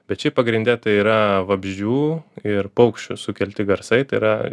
bet šiaip pagrinde tai yra vabzdžių ir paukščių sukelti garsai tai yra